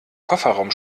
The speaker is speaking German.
kofferraum